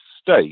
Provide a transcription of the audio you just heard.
state